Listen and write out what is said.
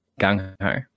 gung-ho